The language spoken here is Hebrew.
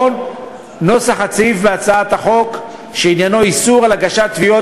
נוסח הסעיף בהצעת החוק שעניינו איסור הגשת תביעות